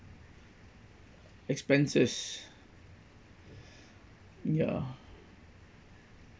expenses ya